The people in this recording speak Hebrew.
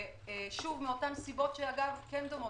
שוב, מאותן סיבות שהן דומות.